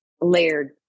layered